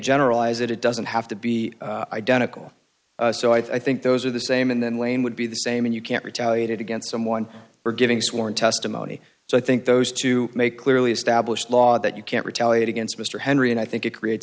generalize it it doesn't have to be identical so i think those are the same and then wayne would be the same and you can't retaliated against someone for giving sworn testimony so i think those two make clearly established law that you can't retaliate against mr henry and i think it creates